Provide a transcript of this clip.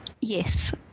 Yes